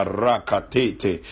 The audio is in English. rakatete